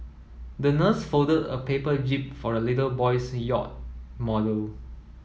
the nurse folded a paper jib for the little boy's yacht model